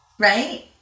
right